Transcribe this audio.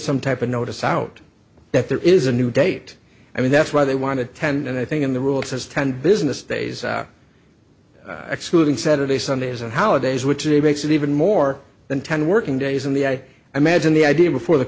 some type of notice out that there is a new date i mean that's why they want to tend and i think in the rules is ten business days excluding saturday sundays and holidays which it makes it even more than ten working days in the i imagine the idea before the